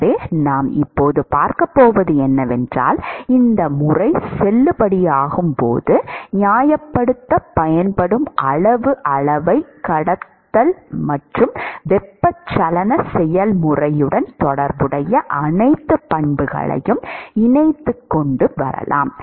எனவே நாம் இப்போது பார்க்கப் போவது என்னவென்றால் இந்த முறை செல்லுபடியாகும் போது நியாயப்படுத்தப் பயன்படும் அளவு அளவைக் கடத்தல் மற்றும் வெப்பச்சலன செயல்முறையுடன் தொடர்புடைய அனைத்து பண்புகளையும் இணைத்து கொண்டு வரலாம்